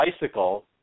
bicycle